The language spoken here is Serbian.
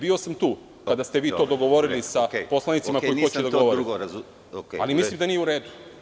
Bio sam tu kada ste vi to dogovorili sa poslanicima koji hoće da govore, ali mislim da nije u redu.